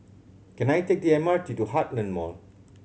can I take the M R T to Heartland Mall